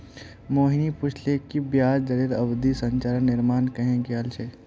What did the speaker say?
मोहिनी पूछले कि ब्याज दरेर अवधि संरचनार निर्माण कँहे कियाल जा छे